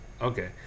Okay